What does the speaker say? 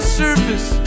surface